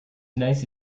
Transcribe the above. nice